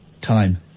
time